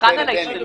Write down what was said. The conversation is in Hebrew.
מבחן על ההשתלמות?